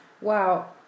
Wow